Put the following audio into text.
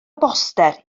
boster